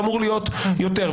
זה אמור להיות יותר.